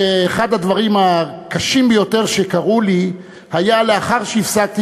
שאחד הדברים הקשים ביותר שקרו לי היה לאחר שהפסקתי